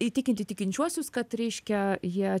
įtikinti tikinčiuosius kad reiškia jie